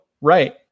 Right